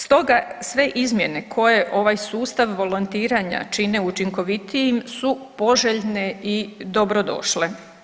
Stoga sve izmjene koje ovaj sustav volontiranja čine učinkovitijim su poželjne i dobrodošle.